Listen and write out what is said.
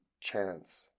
chance